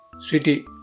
City